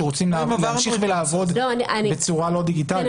שרוצים להמשיך לעבוד בצורה לא דיגיטלית.